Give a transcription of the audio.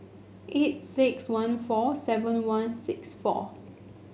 eight six one four seven one six four